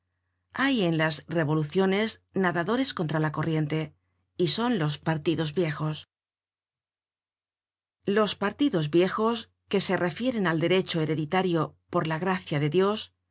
hay en las revoluciones nadadores contra la corriente y son los pardos viejos content from google book search generated at los partidos viejos que se refieren al derecho hereditario por la gracia de dios